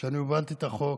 שהובלתי את החוק,